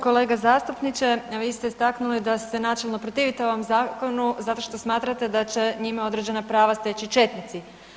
Kolega zastupniče, vi ste istaknuli da se načelno protivite ovom zakonu zato što smatrate da će njima određena prava steći četnici.